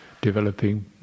developing